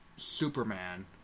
Superman